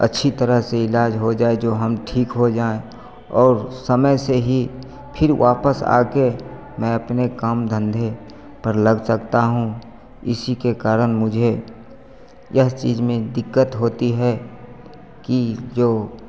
अच्छी तरह से ईलाज हो जाए जो हम ठीक हो जाएँ और समय से ही फिर वापस आके मैं अपने काम धंधे पर लग सकता हूँ इसी के कारण मुझे यह चीज में दिक्कत होती है कि जो